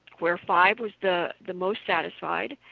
where five was the the most satisfied,